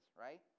right